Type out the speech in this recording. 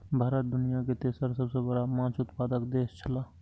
भारत दुनिया के तेसर सबसे बड़ा माछ उत्पादक देश छला